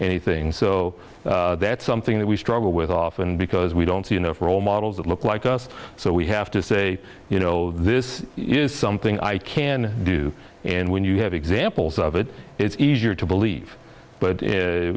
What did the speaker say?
anything so that's something that we struggle with often because we don't see enough role models that look like us so we have to say you know this is something i can do and when you have examples of it it's easier to believe